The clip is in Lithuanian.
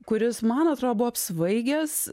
kuris man atrodo buvo apsvaigęs